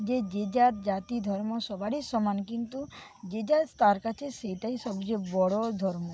যে যে যার জাতি ধর্ম সবারই সমান কিন্তু যে যার তার কাছে সেটাই সবচেয়ে বড় ধর্ম